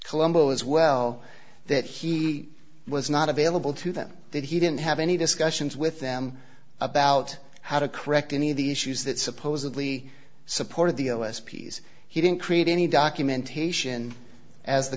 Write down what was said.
colomba as well that he was not available to them that he didn't have any discussions with them about how to correct any of the issues that supposedly supported the o s p's he didn't create any documentation as the